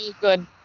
good